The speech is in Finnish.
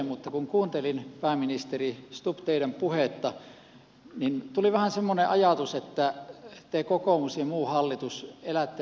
mutta kun kuuntelin pääministeri stubb teidän puhettanne niin tuli vähän semmoinen ajatus että te kokoomus ja muu hallitus elätte vähän niin kuin omassa maailmassanne